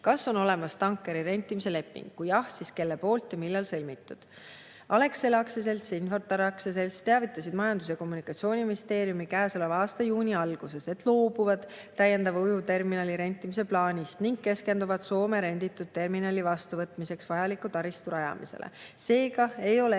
Kas on olemas tankeri rentimise leping? Kui jah, siis kelle poolt ja millal sõlmitud?" Alexela Aktsiaselts ja Aktsiaselts Infortar teavitasid Majandus- ja Kommunikatsiooniministeeriumit käesoleva aasta juuni alguses, et loobuvad täiendava ujuvterminali rentimise plaanist ning keskenduvad Soome renditud terminali vastuvõtmiseks vajaliku taristu rajamisele. Seega ei ole